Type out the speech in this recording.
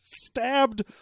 Stabbed